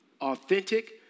authentic